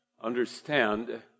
understand